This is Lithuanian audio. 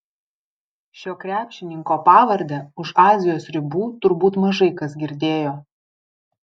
šio krepšininko pavardę už azijos ribų turbūt mažai kas girdėjo